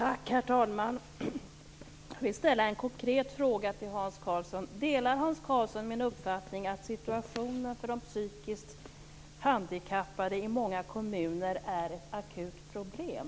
Herr talman! Jag vill ställa en konkret fråga till Hans Karlsson: Delar Hans Karlsson min uppfattning att situationen för de psykiskt handikappade i många kommuner är ett akut problem?